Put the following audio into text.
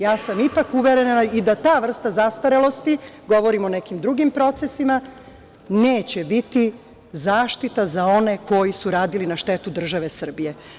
Ja sam ipak uverena i da ta vrsta zastarelosti, govorim o nekim drugim procesima, neće biti zaštita za one koji su radili na štetu države Srbije.